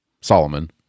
Solomon